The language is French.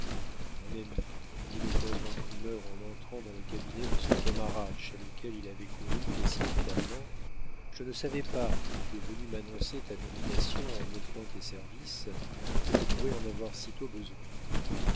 mon ami dit le pauvre imprimeur en entrant dans le cabinet de son camarade chez lequel il avait couru précipitamment je ne savais pas quand tu es venu m'annoncer ta nomination en m'offrant tes services que je pourrais en avoir sitôt besoin